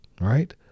right